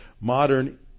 modern